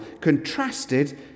contrasted